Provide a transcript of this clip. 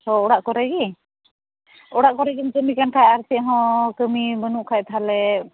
ᱚ ᱚᱲᱟᱜ ᱠᱚᱨᱮ ᱜᱮ ᱚᱲᱟᱜ ᱠᱚᱨᱮᱜᱮᱢ ᱠᱟᱹᱢᱤ ᱠᱟᱱ ᱠᱷᱟᱡ ᱟᱨ ᱪᱮᱫ ᱦᱚᱸ ᱠᱟᱹᱢᱤ ᱵᱟᱹᱱᱩᱜ ᱠᱷᱟᱱ ᱛᱟᱦᱚᱞᱮ